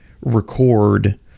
record